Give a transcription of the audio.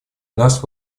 нас